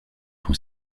ton